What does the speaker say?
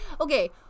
okay